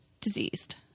Diseased